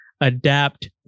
adapt